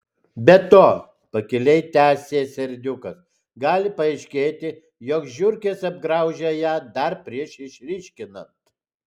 be to pakiliai tęsė serdiukas gali paaiškėti jog žiurkės apgraužė ją dar prieš išryškinant